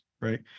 right